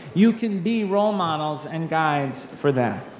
you can be role models and guides for them.